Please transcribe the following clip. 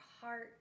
heart